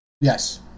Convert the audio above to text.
Yes